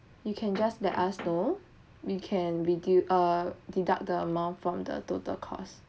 you can just let us know we can reduce err deduct the amount from the total cost